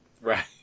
right